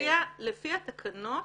-- לפי התקנות